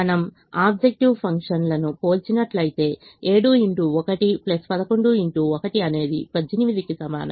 మనం ఆబ్జెక్టివ్ ఫంక్షన్లను పోల్చినట్లయితే అనేది 18 కి సమానం